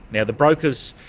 now, the brokers,